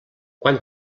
quan